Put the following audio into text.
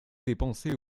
dépenser